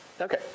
Okay